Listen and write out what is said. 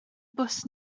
bws